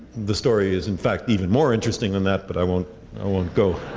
the story is in fact even more interesting than that, but i won't i won't go